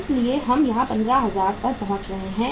इसलिए हम यहां 15000 पर पहुंच रहे हैं